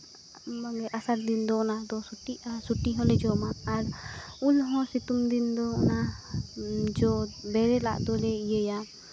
ᱢᱟᱱᱮ ᱟᱥᱟᱲ ᱫᱤᱱ ᱫᱚ ᱚᱱᱟ ᱫᱚ ᱥᱩᱴᱤᱜᱼᱟ ᱟᱨ ᱚᱱᱟ ᱥᱩᱴᱤ ᱦᱚᱸᱞᱮ ᱡᱚᱢᱟ ᱟᱨ ᱩᱱ ᱦᱚᱸ ᱱᱚᱣᱟ ᱥᱤᱛᱩᱝ ᱫᱤᱱ ᱫᱚ ᱱᱚᱣᱟ ᱡᱫᱚ ᱵᱮᱨᱮᱞᱟᱜ ᱫᱚᱞᱮ ᱤᱭᱟᱹᱭᱟ